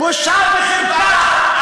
בושה וחרפה.